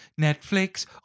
Netflix